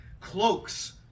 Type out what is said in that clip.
cloaks